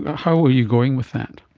how are you going with that?